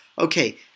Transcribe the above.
Okay